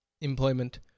Employment